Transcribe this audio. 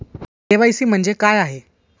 KYC म्हणजे काय आहे?